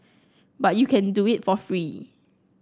but you can do it for free